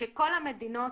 כשכל המדינות